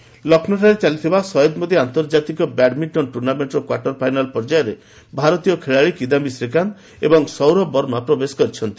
badminton ଲକ୍ଷ୍ନୌଠାରେ ଚାଲିଥିବା ସୟିଦ୍ ମୋଦି ଆନ୍ତର୍ଜାତିକ ବ୍ୟାଡ୍ମିଣ୍ଟନ୍ ଟୁର୍ଣ୍ଣାମେଣ୍ଟର କ୍ୱାର୍ଟର୍ ଫାଇନାଲ୍ ପର୍ଯ୍ୟାୟରେ ଭାରତୀୟ ଖେଳାଳୀ କିଦାୟୀ ଶ୍ରୀକାନ୍ତ ଏବଂ ସୌରଭ ବର୍ମା ପ୍ରବେଶ କରିଛନ୍ତି